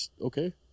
okay